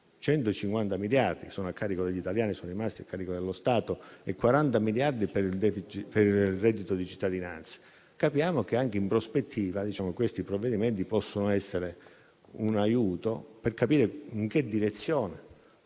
150 miliardi (sono rimasti a carico degli italiani e a carico dello Stato) e 40 miliardi per il reddito di cittadinanza, capiamo che anche in prospettiva questi provvedimenti possono essere un aiuto per capire in che direzione